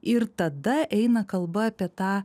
ir tada eina kalba apie tą